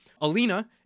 Alina